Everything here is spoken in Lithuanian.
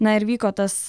na ir vyko tas